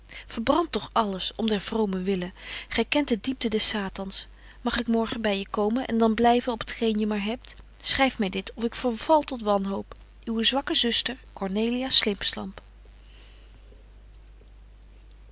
verbrandt toch alles om der vromen wille gy kent de diepten des satans mag ik morbetje wolff en aagje deken historie van mejuffrouw sara burgerhart gen by je komen en dan blyven op t geen je maar hebt schryf my dit of ik verval tot wanhoop uwe zwakke zuster